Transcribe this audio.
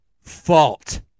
fault